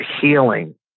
healing